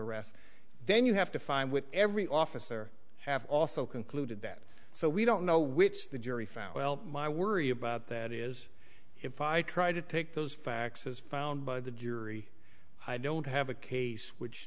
arrest then you have to find with every officer have also concluded that so we don't know which the jury found well my worry about that is if i try to take those facts as found by the jury i don't have a case which